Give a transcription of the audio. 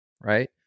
right